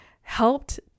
helped